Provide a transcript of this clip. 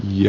hohhoh